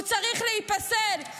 הוא צריך להיפסל.